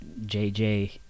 JJ